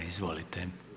Izvolite.